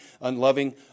unloving